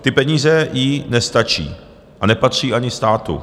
Ty peníze jí nepatří a nepatří ani státu.